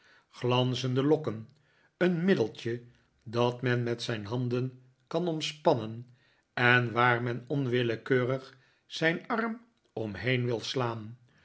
glanzende lokken een middeltje dat men met zijn handen kan omspannen en waar men onwillekeurig zijn arm omheen wil slaan